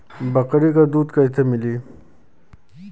बकरी क दूध कईसे मिली?